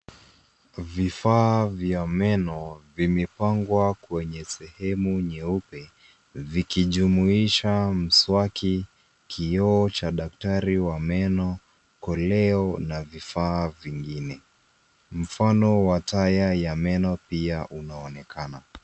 Vifaa vya meno vimepangwa kwenye sehemu nyeupe vikijumuisha mswaki, kioo cha daktari wa meno, koleo na vifaa vingine. Mfano wa taya ya meno pia unaonekana.